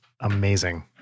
amazing